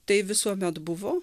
tai visuomet buvo